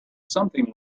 something